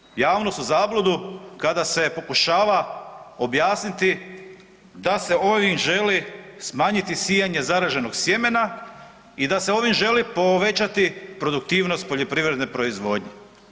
Dovodi se javnost u zabludu kada se pokušava objasniti da se ovim želi smanjiti sijanje zaraženog sjemena i da se ovim želi povećati produktivnost poljoprivredne proizvodnje.